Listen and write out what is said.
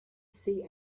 see